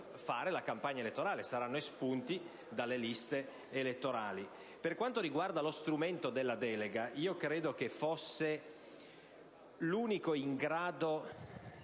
fare la campagna elettorale e dovrebbero essere espunti dalle liste elettorali. Per quanto riguarda lo strumento della delega, credo fosse l'unico in grado